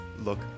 look